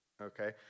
Okay